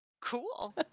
cool